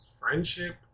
friendship